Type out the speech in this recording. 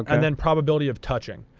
and then probability of touching.